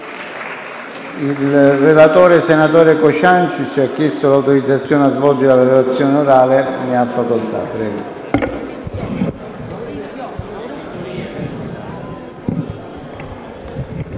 Il relatore, senatore Cociancich, ha chiesto l'autorizzazione a svolgere la relazione orale. Non